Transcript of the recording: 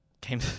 Came